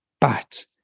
But-